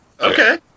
Okay